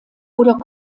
oder